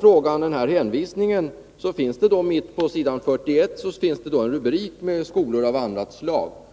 frågan om hänvisningen vill jag svara att det mitt på s. 41 i propositionen finns en rubrik Skolor av andra slag.